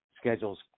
schedules